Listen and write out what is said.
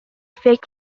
فکر